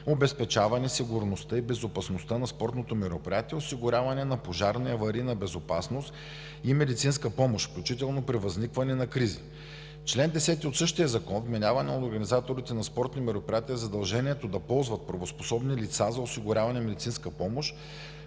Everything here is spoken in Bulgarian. обезпечаване сигурността и безопасността на спортното мероприятие, осигуряване на пожарна и аварийна безопасност и медицинска помощ, включително при възникване на кризи. Член 10 от същия закон вменява на организаторите на спортни мероприятия задължението да ползват правоспособни лица за осигуряване на медицинска помощ,